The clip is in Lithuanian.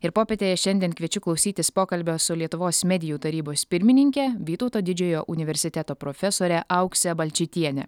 ir popietėje šiandien kviečiu klausytis pokalbio su lietuvos medijų tarybos pirmininke vytauto didžiojo universiteto profesore aukse balčytiene